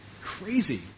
crazy